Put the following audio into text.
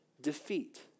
defeat